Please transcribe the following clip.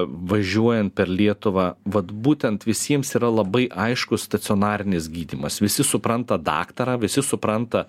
važiuojant per lietuvą vat būtent visiems yra labai aiškus stacionarinis gydymas visi supranta daktarą visi supranta